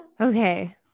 Okay